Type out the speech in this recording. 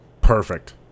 Perfect